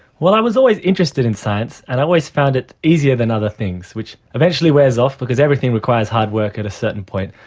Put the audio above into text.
well, i was always interested in science and i always found it easier than other things, which eventually wears off because everything requires hard work at a certain point.